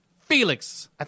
Felix